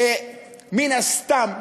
שמן הסתם,